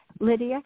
Lydia